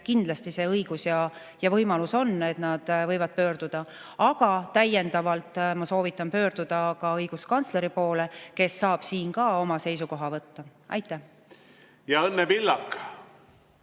kindlasti see õigus ja võimalus on, et nad võivad pöörduda. Aga täiendavalt ma soovitan pöörduda õiguskantsleri poole, kes saab siin ka oma seisukoha võtta. Ja Õnne Pillak.